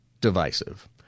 divisive